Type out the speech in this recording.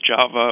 Java